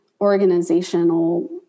organizational